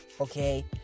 okay